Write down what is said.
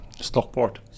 stockport